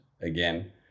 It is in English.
again